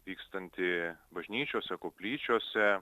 vykstantį bažnyčiose koplyčiose